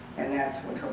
and that's what